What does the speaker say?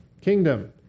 kingdom